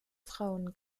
frauen